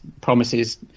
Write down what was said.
promises